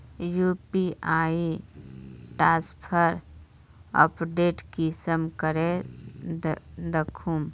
UPI transfer update कुंसम करे दखुम?